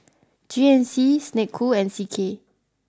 G N C Snek Ku and C K